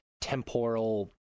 temporal